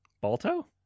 Balto